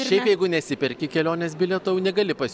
šiaip jeigu nesiperki kelionės bilieto jau negali pas